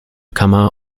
kammer